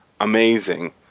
amazing